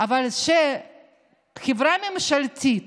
אבל כשחברה ממשלתית